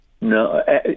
No